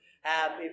Happy